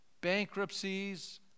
bankruptcies